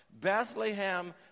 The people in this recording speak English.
Bethlehem